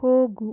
ಹೋಗು